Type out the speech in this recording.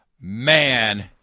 man